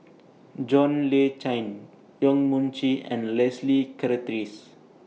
John Le Cain Yong Mun Chee and Leslie Charteris